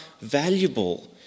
valuable